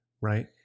right